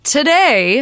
Today